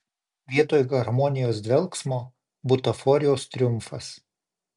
vietoj harmonijos dvelksmo butaforijos triumfas